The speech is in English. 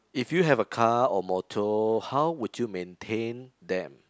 if you have a car or motor how would you maintain them